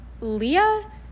Leah